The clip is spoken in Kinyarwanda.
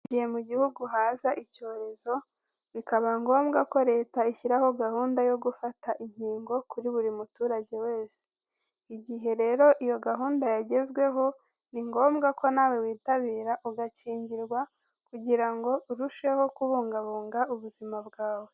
Hari igihe mu gihugu haza icyorezo bikaba ngombwa ko leta ishyiraho gahunda yo gufata inkingo kuri buri muturage wese, igihe rero iyo gahunda yagezweho ni ngombwa ko nawe witabira ugakingirwa kugira ngo urusheho kubungabunga ubuzima bwawe.